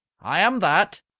i am that.